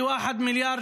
תודה רבה.